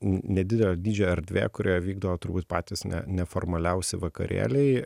nedidelio dydžio erdvė kurioje vykdo turbūt patys ne neformaliausi vakarėliai